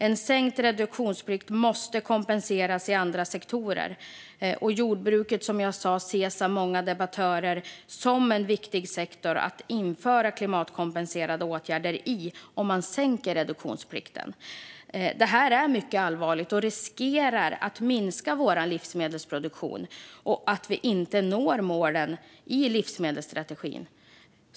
En sänkt reduktionsplikt måste kompenseras i andra sektorer, och jordbruket ses av många debattörer som en viktig sektor att införa klimatkompenserande åtgärder i om man sänker reduktionsplikten. Detta är allvarligt, och vi riskerar att minska vår livsmedelsproduktion och inte nå de otroligt viktiga målen i livsmedelsstrategin.